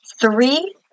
three